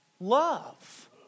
Love